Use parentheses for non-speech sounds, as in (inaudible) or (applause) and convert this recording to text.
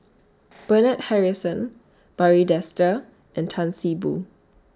(noise) Bernard Harrison Barry Desker and Tan See Boo